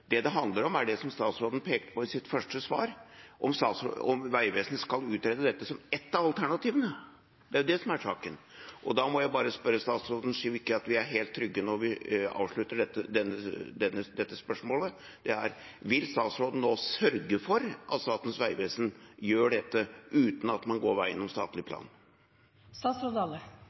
Det det handler om, er det som statsråden pekte på i sitt første svar, om Vegvesenet skal utrede dette som ett av alternativene. Det er det som er saken. Og da må jeg bare spørre statsråden, slik at vi er helt trygge når vi avslutter dette spørsmålet: Vil statsråden nå sørge for at Statens vegvesen gjør dette uten at man går veien om statlig